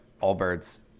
all-birds